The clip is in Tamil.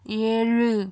ஏழு